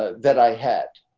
ah that i had,